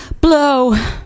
blow